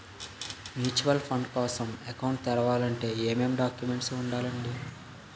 Mutual fund కోసం account తెరవాలంటే ఏమేం డాక్యుమెంట్లు ఉండాలండీ?